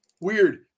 weird